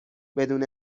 بدون